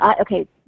Okay